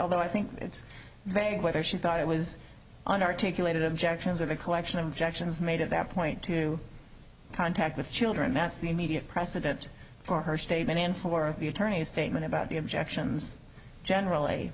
although i think it's paying whether she thought it was an articulated objections of a collection of objections made at that point to contact with children that's the immediate precedent for her statement and for the attorney's statement about the objections generally